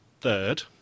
third